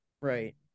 Right